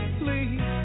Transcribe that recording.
please